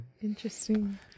Interesting